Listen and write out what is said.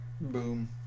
Boom